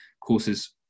courses